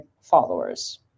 followers